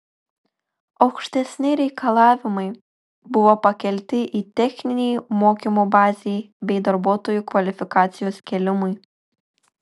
aukštesni reikalavimai buvo pakelti ir techninei mokymo bazei bei darbuotojų kvalifikacijos kėlimui